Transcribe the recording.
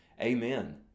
Amen